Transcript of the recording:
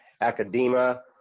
academia